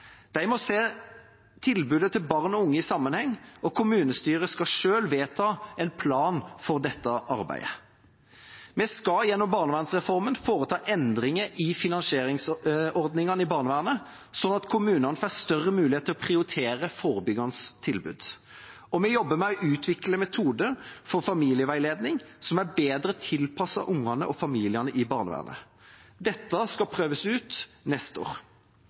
De må se tilbudet til barn og unge i sammenheng, og kommunestyrene skal selv vedta en plan for dette arbeidet. Vi skal gjennom barnevernsreformen foreta endringer i finansieringsordningene i barnevernet sånn at kommunene får større mulighet til å prioritere forebyggende tilbud, og vi jobber med å utvikle metoder for familieveiledning som er bedre tilpasset ungene og familiene i barnevernet. Dette skal prøves ut neste år.